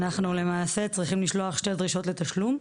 אנחנו למעשה, צריכים לשלוח שתי דרישות לתשלום,